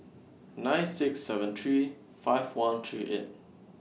nine six seven three five one three eight